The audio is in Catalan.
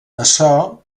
açò